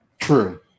True